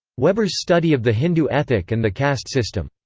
weber's study of the hindu ethic and the caste system.